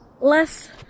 less